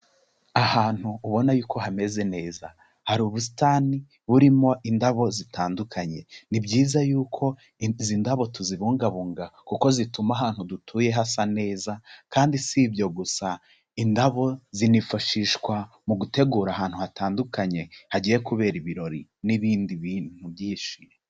Ahantu ubona ariko hameze neza, hari ubusitani burimo indabo zitandukanye. Ni byiza yuko, izi ndabo tuzibungabunga, kuko zituma ahantu dutuye hasa neza, kandi si ibyo gusa, indabo zinifashishwa mu gutegura ahantu hatandukanye, hagiye kubera ibirori n'ibindi bintu byinshi.